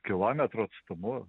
kilometro atstumu